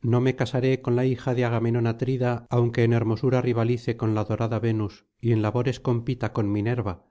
no me casaré con la hija de agamenón atrida aunque en hermosura rivalice con la dorada venus y en labores compita con minerva